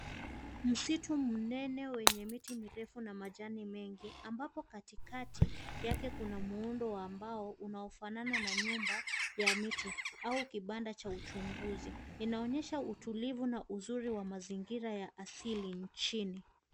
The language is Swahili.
Msitu mnene wenye miti mirefu na majani mengi ambapo katikati yake kuna muundo wa mbao unaofanana na nyumba ya miti au kibanda cha uchunguzi. Inaonyesha utilivu na uzuri wa mazingira ya asili nchini.